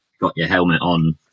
got-your-helmet-on